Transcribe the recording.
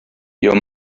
your